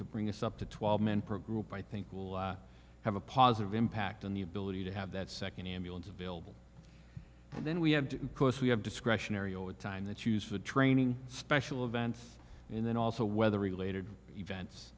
to bring us up to twelve men pro group i think will have a positive impact on the ability to have that second ambulance available and then we have to because we have discretionary overtime that use the training special events and then also weather related events